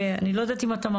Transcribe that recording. לזה.